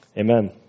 amen